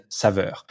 Saveur